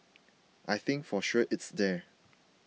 I think for sure it's there